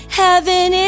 heaven